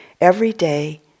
everyday